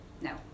no